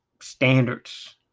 Standards